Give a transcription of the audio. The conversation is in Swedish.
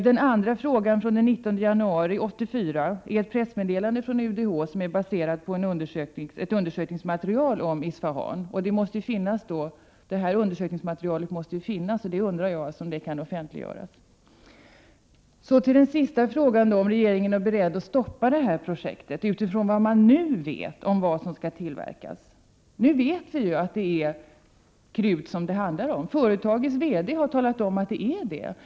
Den andra handlingen, från den 19 januari 1984, är ett pressmeddelande från UDH som är baserat på ett undersökningsmaterial om Isfahan. Detta undersökningsmaterial måste följaktligen existera, och jag undrar om det kan offentliggöras. Min sista fråga gäller om regeringen är beredd att stoppa det här projektet utifrån vad man nu vet om vad som skall tillverkas. Nu vet vi ju att det handlar om krut. Företagets VD har talat om att det är så.